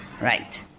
right